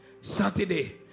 Saturday